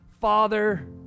father